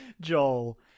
Joel